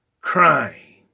crying